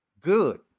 Good